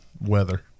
weather